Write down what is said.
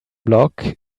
block